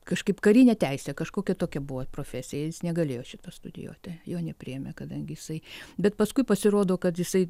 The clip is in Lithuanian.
kažkaip karinę teisę kažkokia tokia buvo profesija jis negalėjo šito studijuoti jo nepriėmė kadangi jisai bet paskui pasirodo kad jisai